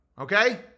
Okay